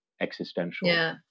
existential